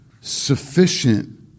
sufficient